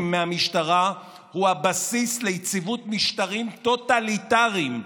מהמשטרה הוא הבסיס ליציבות משטרים טוטליטריים,